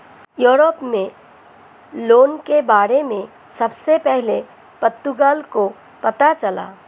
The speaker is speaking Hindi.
यूरोप में लोन के बारे में सबसे पहले पुर्तगाल को पता चला